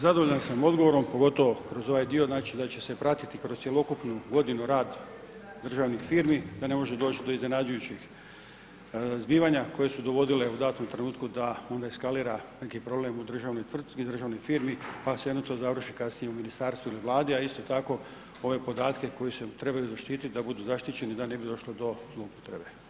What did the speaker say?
Zadovoljan sam odgovorom, pogotovo kroz ovaj dio znači da će se pratiti kroz cjelokupnu godinu rad državnih firmi da ne može doći do iznenađujućih zbivanja koje su dovodile u danom trenutku da onda eskalira neki problem u državnoj tvrtki i državnoj firmi pa svejedno to završi kasnije u Ministarstvu ili Vladi a isto tako ove podatke koji se trebaju zaštiti da budu zaštićeni da ne bi došlo do zloupotrebe.